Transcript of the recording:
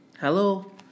hello